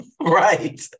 Right